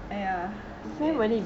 !aiya! sians